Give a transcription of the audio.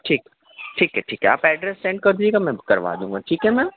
ٹھیک ٹھیک ہے ٹھیک ہے آپ ایڈریس سینڈ کر دیجیے گا میں کروا دوں گا ٹھیک ہے میم